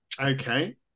Okay